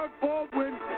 Baldwin